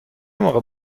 موقع